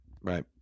Right